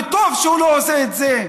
וטוב שהוא לא עושה את זה,